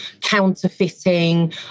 counterfeiting